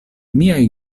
miaj